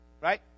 right